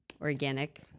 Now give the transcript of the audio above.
organic